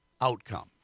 outcome